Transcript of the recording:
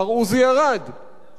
לשעבר.